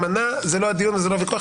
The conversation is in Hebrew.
זה לא הדיון וזה לא הוויכוח.